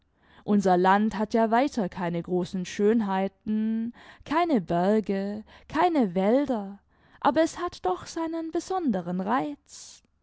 unser land hat ja weiter keine großen schönheiten keine berge keine wälder aber es hat doch seinen besonderen reiz